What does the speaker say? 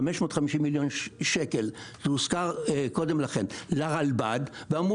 550 מיליון שקל שהוזכרו קודם לכן; ואמרו,